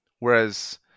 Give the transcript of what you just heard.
Whereas